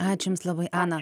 ačiū jums labai ana